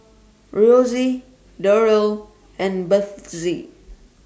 Rosie Durell and Bethzy